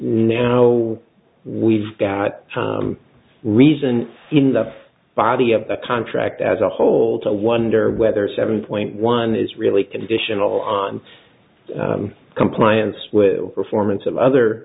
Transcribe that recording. no we've got reason in the body of the contract as a whole to wonder whether seven point one is really conditional on compliance with performance of other